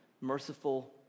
merciful